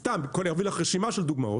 סתם, אני אביא לך רשימה של דוגמאות.